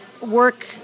work